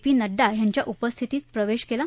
P Nadda यांच्या उपस्थित प्रवेश केला